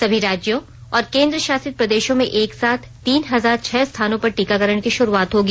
सभी राज्यों और केंद्रशासित प्रदेशों में एकसाथ तीन हजार छह स्था नो पर टीकाकरण की शुरूआत होगी